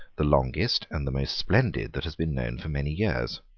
the longest and the most splendid that had been known for many years.